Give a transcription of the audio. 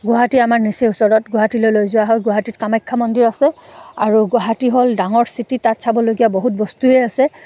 গুৱাহাটী আাৰ নিচেই ওচৰত গুৱাহাটীলৈ লৈ যোৱা হয় গুৱাহাটীত কামাখ্যা মন্দিৰ আছে আৰু গুৱাহাটী হ'ল ডাঙৰ চিটি তাত চাবলগীয়া বহুত বস্তুৱেই আছে